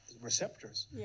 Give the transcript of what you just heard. receptors